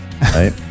right